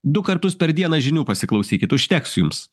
du kartus per dieną žinių pasiklausykit užteks jums